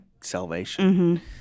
salvation